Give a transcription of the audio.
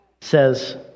says